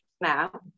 now